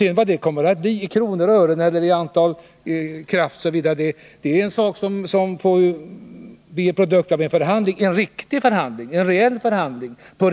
Vad det sedan kommer att bli i kronor och ören eller i kraftproduktion är någonting som får bli en produkt av en reell förhandling på